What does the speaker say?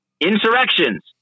insurrections